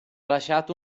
lasciato